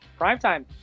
Primetime